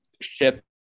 ship